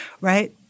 right